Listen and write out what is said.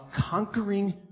conquering